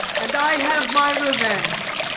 and i have my revenge.